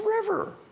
River